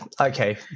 Okay